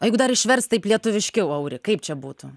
o jeigu dar išverst taip lietuviškiau auri kaip čia būtų